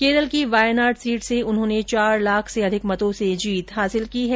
केरल की वायनाड सीट से उन्होंने चार लाख से अधिक मतों से जीत हासिल की है